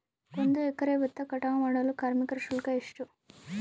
ಒಂದು ಎಕರೆ ಭತ್ತ ಕಟಾವ್ ಮಾಡಲು ಕಾರ್ಮಿಕ ಶುಲ್ಕ ಎಷ್ಟು?